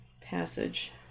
passage